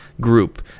group